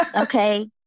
Okay